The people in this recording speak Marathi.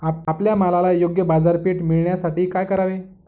आपल्या मालाला योग्य बाजारपेठ मिळण्यासाठी काय करावे?